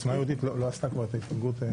עוצמה יהודית לא עשתה כבר את ההתפלגות?